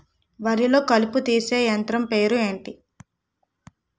వరి లొ కలుపు తీసే యంత్రం పేరు ఎంటి?